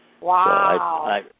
Wow